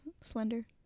slender